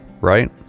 right